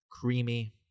creamy